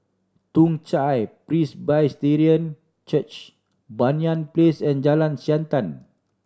Toong Chai Presbyterian Church Banyan Place and Jalan Siantan